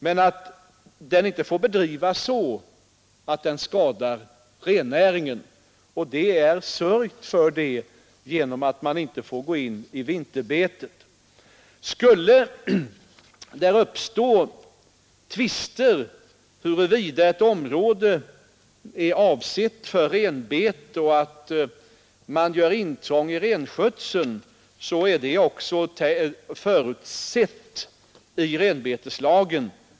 Markberedningen får inte bedrivas så att den skadar rennäringen, och det är sörjt för det genom att man inte får gå in i vinterbetet. Skulle det uppstå tvister om huruvida ett område är avsett för renbete och man gör intrång i renskötseln, är det också förutsett i renbeteslagen.